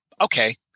okay